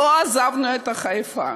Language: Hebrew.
לא עזבנו את חיפה.